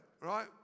right